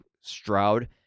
Stroud